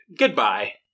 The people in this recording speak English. Goodbye